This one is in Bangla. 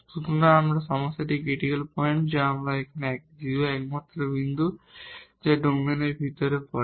সুতরাং আমাদের সমস্যাটির ক্রিটিকাল পয়েন্ট যা এখানে 0 একমাত্র বিন্দু যা ডোমেনের ভিতরে পড়ে